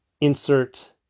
insert